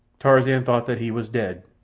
tarzan thought that he was dead,